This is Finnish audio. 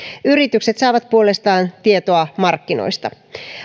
yritykset saavat puolestaan tietoa markkinoista